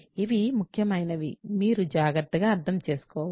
ఇవి ముఖ్యమైనవి మీరు జాగ్రత్తగా అర్థం చేసుకోవాలి